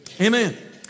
Amen